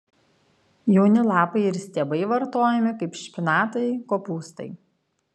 jauni lapai ir stiebai vartojami kaip špinatai kopūstai